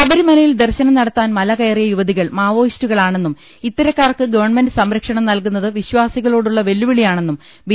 ശബരിമലയിൽ ദർശനം നടത്താൻ മലകയറിയ യുവതികൾ മാവോയിസ്റ്റുകളാണെന്നും ഇത്തരക്കാർക്ക് ഗവൺമെന്റ് സംര ക്ഷണം നൽകുന്നത് വിശ്വാസികളോടുള്ള വെല്ലുവിളിയാണെന്നും ബി